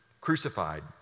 crucified